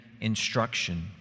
instruction